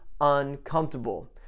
uncomfortable